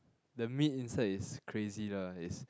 the meat inside is crazy lah it's